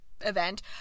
event